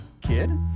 kid